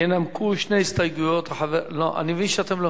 ינמקו שתי הסתייגויות, אני מבין שאתם לא